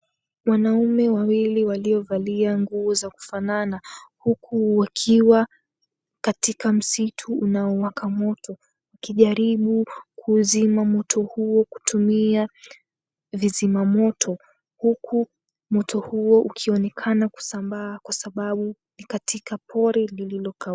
Wanaume wawili waliovalia nguo za kufanana, huku wakiwa katika msitu unaowaka moto wakijaribu kuzima moto huo kutumia vizima moto. Huku moto huo ukionekana kusambaa kwa sababu ni katika pori lililokauka.